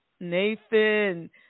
Nathan